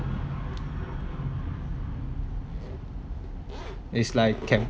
is like